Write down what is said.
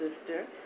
sister